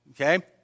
okay